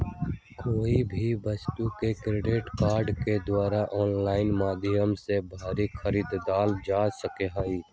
कोई भी वस्तु के क्रेडिट कार्ड के द्वारा आन्लाइन माध्यम से भी खरीदल जा सका हई